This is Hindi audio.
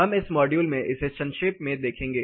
हम इस मॉड्यूल में इसे संक्षेप में देखेंगे